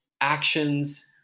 actions